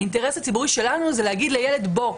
האינטרס הציבורי שלנו זה להגיד לילד: בוא,